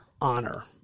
Honor